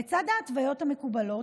לצד ההתוויות המקובלות,